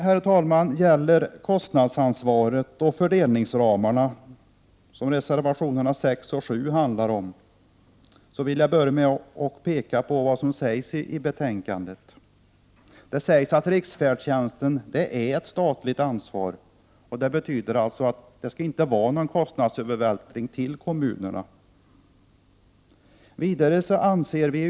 Vad sedan gäller kostnadsansvaret och fördelningsramarna, som behandlas i reservationerna 6 och 7, vill jag först peka på vad som sägs i betänkandet. Riksfärdtjänsten är ett statligt ansvar, och någon övervältring av kostnaderna till kommunerna är det därför inte fråga om.